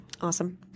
Awesome